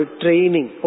training